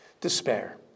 despair